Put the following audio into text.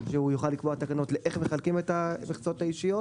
שהוא יוכל לקבוע תקנות לאיך מחלקים את המכסות האישיות,